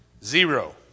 Zero